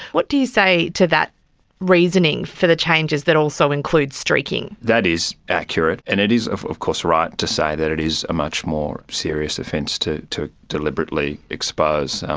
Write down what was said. what you say to that reasoning for the changes that also includes streaking? that is accurate and it is of of course right to say that it is a much more serious offence to to deliberately expose.